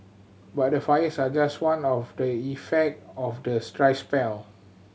but the fires are just one of the effect of the dry spell